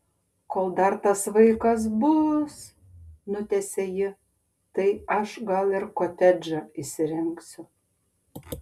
kol dar tas vaikas bus nutęsia ji tai aš gal ir kotedžą įsirengsiu